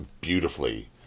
beautifully